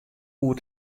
oer